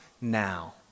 now